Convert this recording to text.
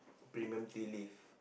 premium tea leaf